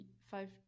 five